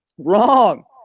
wrong!